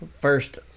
first